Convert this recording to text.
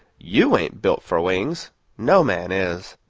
you ain't built for wings no man is.